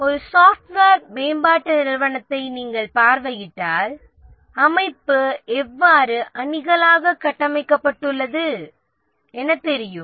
ஒரு சாப்ட்வேர் மேம்பாட்டு நிறுவனத்தை நீங்கள் பார்வையிட்டால் அமைப்பு எவ்வாறு அணிகளாக கட்டமைக்கப்படுகிறது